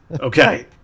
Okay